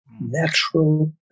natural